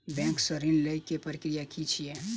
Bank सऽ ऋण लेय केँ प्रक्रिया की छीयै?